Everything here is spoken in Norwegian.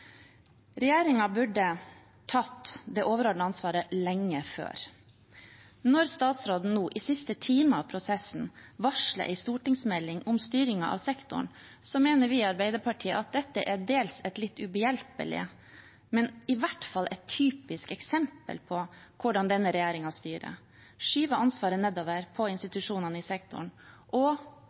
burde tatt det overordnede ansvaret lenge før. Når statsråden nå i siste time av prosessen varsler en stortingsmelding om styringen av sektoren, mener vi i Arbeiderpartiet at dette er til dels et litt ubehjelpelig, men i hvert fall et typisk eksempel på hvordan denne regjeringen styrer: De skyver ansvaret nedover på institusjonene i sektoren og